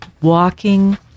Walking